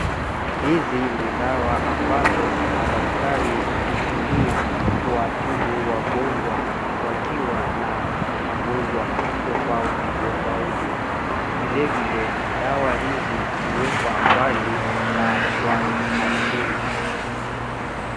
Hizi ni dawa mbazo madaktari hutumia kuwatibu wagonjwa wakiwa na magonjwa tofauti tofauti. Vilevile dawa hizi huwekwa mbali na wanafunzi.